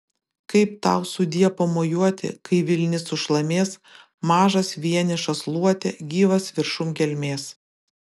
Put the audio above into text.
kaip tau sudie pamojuoti kai vilnis sušlamės mažas vienišas luote gyvas viršum gelmės